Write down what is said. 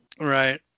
Right